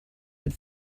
had